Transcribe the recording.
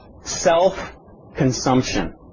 self-consumption